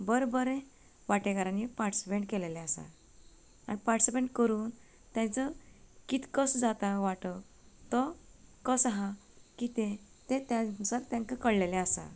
बरे बरे वाटेकारांनी पार्टिसिपेट केल्लें आसा आनी पार्टिसिपेट करून तेचो कितें कसो जाता वांटो तो कसो आहा कितें तें तेंकां कळिल्लें आसा